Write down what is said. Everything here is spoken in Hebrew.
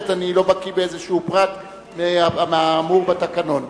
אני לא בקי בפרט כלשהו מהאמור בתקנון.